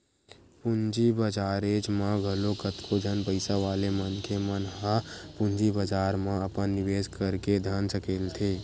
पूंजी बजारेच म घलो कतको झन पइसा वाले मनखे मन ह पूंजी बजार म अपन निवेस करके धन सकेलथे